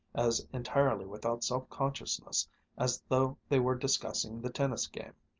as entirely without self-consciousness as though they were discussing the tennis game.